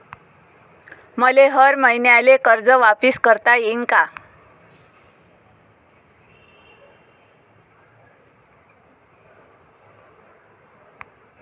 मले हर मईन्याले कर्ज वापिस करता येईन का?